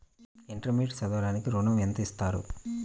Intermediate చదవడానికి ఋణం ఎంత ఇస్తారు?